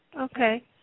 Okay